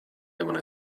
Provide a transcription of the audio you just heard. devono